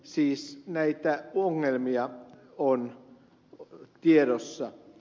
siis näitä ongelmia on tiedossa